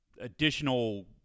additional